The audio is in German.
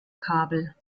kabel